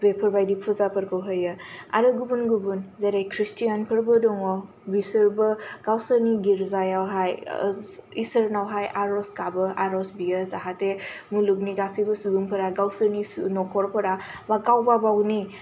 बेफोरबादि फुजाफोरखौ होयो आरो गुबुन गुबुन जेरै खृस्तियान फोरबो दङ बिसोरबो गावसोरनि गिर्जा आव हाय इसोरनाव हाय आर'ज गाबो आर'ज बियो जाहाते मुलुगनि गासैबो सुबुंफोरा गावसोरनि सु नखरफोरा बा गावबा गावनि